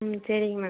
ம் சரிங்க மேம்